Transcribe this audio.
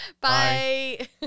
bye